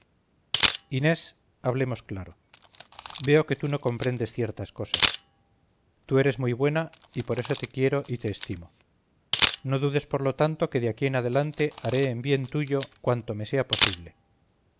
inés hablemos claro veo que tú no comprendes ciertas cosas tú eres muy buena y por eso te quiero y te estimo no dudes por lo tanto que de aquí en adelante haré en bien tuyo cuanto me sea posible